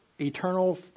eternal